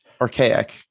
archaic